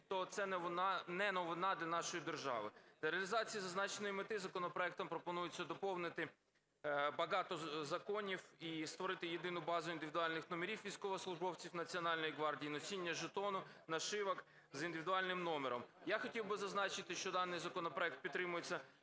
то це не новина для нашої держави. Для реалізації зазначеної мети законопроектом пропонується доповнити багато законів і створити єдину базу індивідуальних номерів військовослужбовців Національної гвардії і носіння жетону, нашивок з індивідуальним номером. Я хотів би зазначити, що даний законопроект підтримується